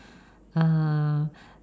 err